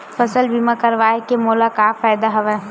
फसल बीमा करवाय के मोला का फ़ायदा हवय?